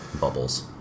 bubbles